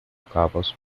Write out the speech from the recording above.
cabos